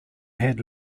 had